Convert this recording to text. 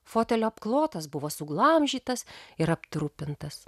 fotelio apklotas buvo suglamžytas ir aptrupintas